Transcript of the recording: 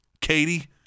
Katie